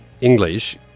English